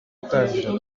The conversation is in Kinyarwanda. utangira